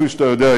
כפי שאתה יודע,